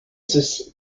ceci